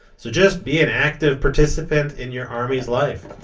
so just be an active participant in your army's life.